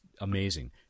amazing